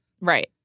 Right